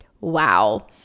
wow